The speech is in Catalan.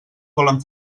volen